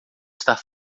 estar